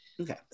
okay